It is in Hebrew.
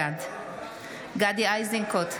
בעד גדי איזנקוט,